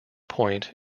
point